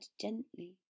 gently